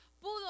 pudo